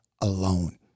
alone